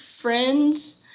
friends